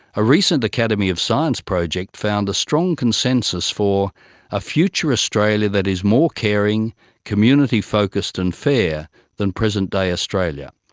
a recent academy of science project found strong consensus for a future australia that is more caring community-focused and fair than present-day australia.